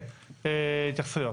התייחסויות.